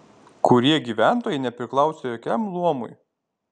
kurie gyventojai nepriklausė jokiam luomui